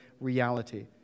reality